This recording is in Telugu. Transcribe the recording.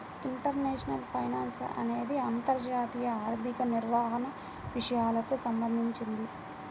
ఇంటర్నేషనల్ ఫైనాన్స్ అనేది అంతర్జాతీయ ఆర్థిక నిర్వహణ విషయాలకు సంబంధించింది